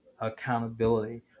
accountability